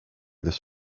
this